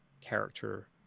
character